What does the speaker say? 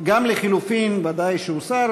גם הלחלופין ודאי שהוסר.